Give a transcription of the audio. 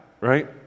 right